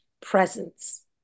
presence